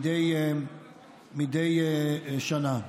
מדי שנה.